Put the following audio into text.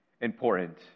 important